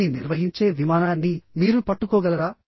దీన్ని నిర్వహించే విమానాన్ని మీరు పట్టుకోగలరా